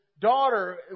daughter